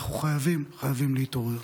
אנחנו חייבים, חייבים להתעורר.